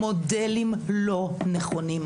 המודלים לא נכונים.